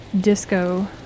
disco